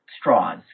straws